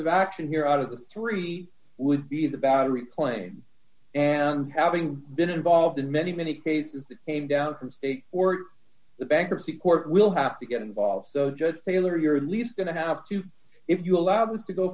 of action here out of the three would be the battery claim and having been involved in many many cases came down from state or the bankruptcy court will have to get involved so just tailor your lead going to have to if you allow this to go